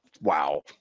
wow